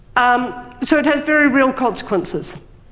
um so, it has very real consequences.